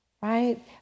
right